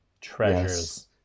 treasures